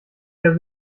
der